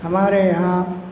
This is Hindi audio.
हमारे यहाँ